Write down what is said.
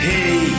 Hey